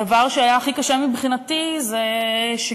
הדבר שהיה הכי קשה מבחינתי זה שגילינו